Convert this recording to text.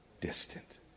distant